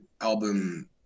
album